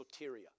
soteria